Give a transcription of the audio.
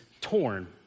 torn